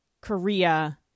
Korea